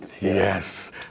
yes